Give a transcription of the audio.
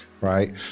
right